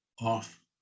off